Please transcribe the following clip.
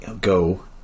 go